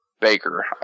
Baker